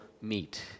meet